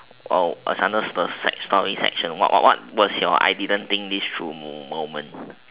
oh it's under the sad story section what what was your I didn't think this through moment